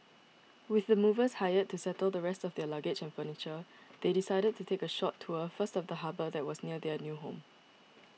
with the movers hired to settle the rest of their luggage and furniture they decided to take a short tour first of the harbour that was near their new home